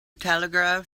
telegraph